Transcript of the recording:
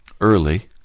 early